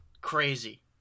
crazy